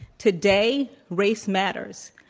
today, race matters.